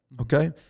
Okay